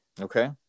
Okay